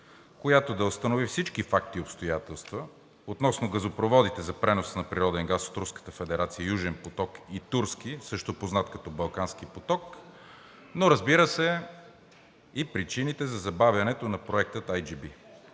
която да установи всички факти и обстоятелства относно газопроводите за пренос на природен газ от Руската федерация „Южен поток“ и „Турски“, също познат като „Балкански поток“, но разбира се, и причините за забавянето на Проекта IGB,